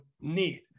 need